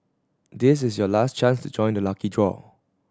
this is your last chance to join the lucky draw